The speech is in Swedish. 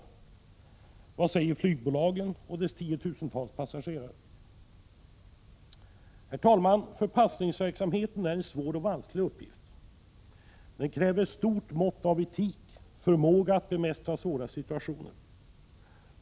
Och vad säger flygbolagen och deras tiotusentals passagerare? Herr talman! Förpassningsverksamhet är en svår och vansklig uppgift. Den kräver ett stort mått av etik och förmåga att bemästra svåra situationer.